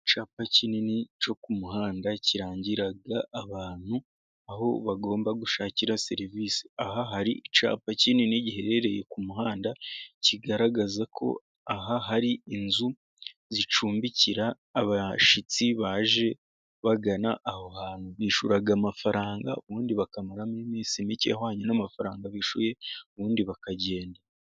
Icyapa kinini cyo ku muhanda kirangira abantu, aho bagomba gushakira serivisi .Aha hari icyapa kinini giherereye ku muhanda, kigaragaza ko aha hari inzu zicumbikira abashyitsi baje bagana, aho hantu bishyura amafaranga ubundi bakamaramo iminsi mike ,ahwanye n'amafaranga bishyuye ubundi bakagenda.